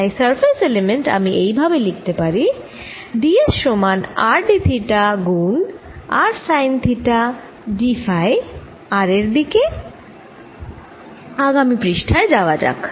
তাই surface element আমি এই ভাবে লিখতে পারি d s সমান r d থিটা গুণ r sine theta d phi r এর দিকে আগামি পৃষ্ঠায় যাওয়া যাক